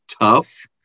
tough